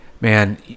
Man